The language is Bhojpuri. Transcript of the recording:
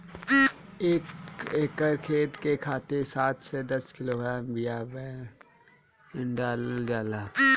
एक एकर खेत के खातिर सात से दस किलोग्राम बिया बेहन डालल जाला?